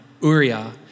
Uriah